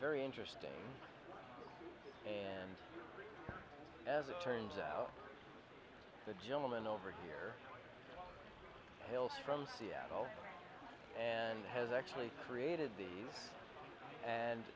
very interesting and as it turns out the gentleman over here hails from seattle and has actually created the and